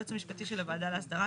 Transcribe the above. היועץ המשפטי של הוועדה להסדרה,